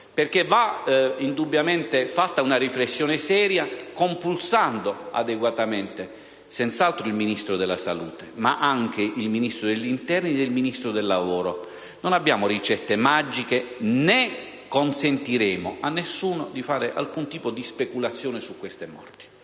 perché, indubbiamente, va fatta una riflessione seria compulsando adeguatamente il Ministro della salute, ma anche i Ministri dell'interno e del lavoro. Non abbiamo ricette magiche e non consentiremo a nessuno di fare alcun tipo di speculazione su queste morti.